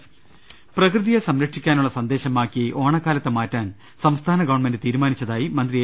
രുട്ട്ട്ട്ട്ട്ട്ട്ട പ്രകൃതിയെ സംരക്ഷിക്കാനുള്ള സന്ദേശമാക്കി ഓണക്കാലത്തെ മാറ്റാൻ സംസ്ഥാന ഗവൺമെന്റ് തീരുമാനിച്ചതായി മന്ത്രി എ